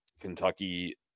Kentucky